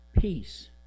peace